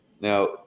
now